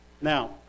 Now